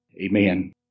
Amen